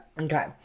Okay